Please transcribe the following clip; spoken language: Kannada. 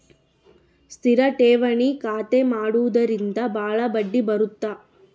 ಸ್ಥಿರ ಠೇವಣಿ ಖಾತೆ ಮಾಡುವುದರಿಂದ ಬಾಳ ಬಡ್ಡಿ ಬರುತ್ತ